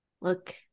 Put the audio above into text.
look